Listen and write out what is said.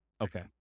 Okay